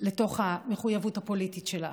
לתוך המחויבות הפוליטית שלך,